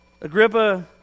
Agrippa